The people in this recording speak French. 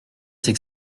c’est